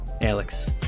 Alex